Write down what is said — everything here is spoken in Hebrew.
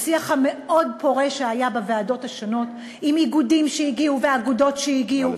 בשיח המאוד-פורה שהיה בוועדות השונות עם איגודים שהגיעו ואגודות שהגיעו,